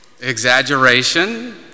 Exaggeration